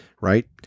right